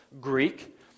Greek